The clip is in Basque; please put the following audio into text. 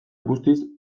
guztiz